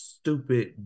stupid